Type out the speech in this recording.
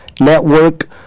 network